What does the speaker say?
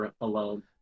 alone